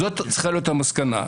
זאת צריכה להיות המסקנה.